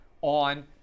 on